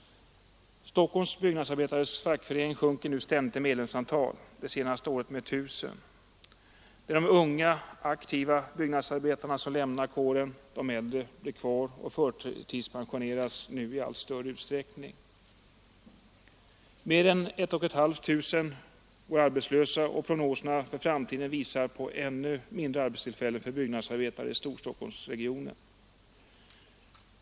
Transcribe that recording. Stockholms byggnadsarbetares fackförening sjunker nu ständigt i medlemsantal, det senaste året med 1 000. Det är de unga aktiva byggnads arbetarna som lämnar kåren, de äldre blir kvar och förtidspensioneras i allt större utsträckning. Mer än ett och ett halvt tusen går arbetslösa, och prognoserna för framtiden visar på ännu färre arbetstillfällen för byggnadsarbetare i Storstockholmsregionen.